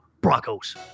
Broncos